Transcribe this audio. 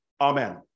amen